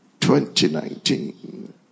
2019